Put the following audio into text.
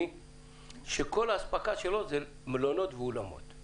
כל ההספקה שהוא מייצר זה לאולמות ומלונות.